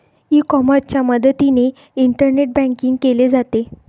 E कॉमर्सच्या मदतीने internet banking केले जाते